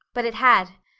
but it had.